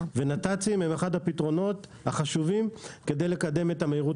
ונת"צים הם אחד הפתרונות החשובים כדי לקדם את המהירות